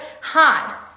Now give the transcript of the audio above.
hard